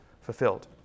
fulfilled